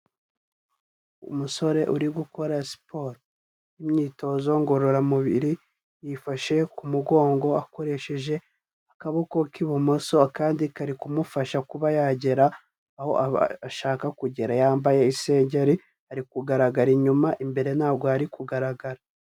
Umusore uri gukora siporo imyitozo ngororamubiri, yifashe ku mugongo akoresheje akaboko k'ibumoso akandi kari kumufasha kuba yagera aho ashaka kugera, yambaye isengeri ari kugaragara inyuma imbere ntabwo hari kugaragara.